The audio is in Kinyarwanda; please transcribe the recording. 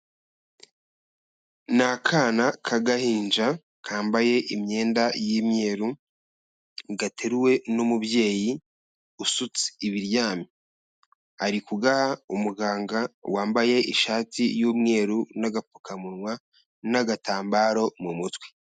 Ni akana k'agahinja kambaye imyenda y'imyeru, gateruwe n'umubyeyi usutse ibiryamye. Ari kugaha umuganga wambaye ishati y'umweru n'agapfukamunwa n'agatambaro mu mutwe.